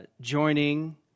joining